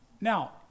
Now